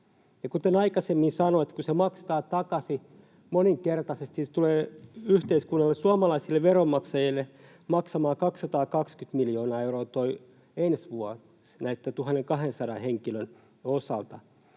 kuten aikaisemmin sanoitte, kun se maksetaan takaisin moninkertaisesti, niin se tulee yhteiskunnalle, suomalaisille veronmaksajille, maksamaan 220 miljoonaa euroa ensi vuonna näitten 1 200 henkilön osalta.